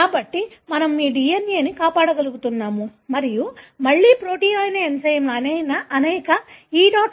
కాబట్టి మనము మీ DNA ని కాపాడుకోగలుగుతున్నాము మరియు మళ్లీ ప్రోటీన్ అయిన ఎంజైమ్లు అనేక E